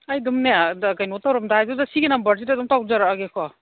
ꯑꯩ ꯑꯗꯨꯝꯅꯦ ꯀꯩꯅꯣ ꯇꯧꯔꯝꯗꯥꯏꯗꯨꯗ ꯁꯤꯒꯤ ꯅꯝꯕꯔꯁꯤꯗ ꯑꯗꯨꯝ ꯇꯧꯖꯔꯛꯑꯒꯦꯀꯣ